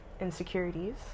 insecurities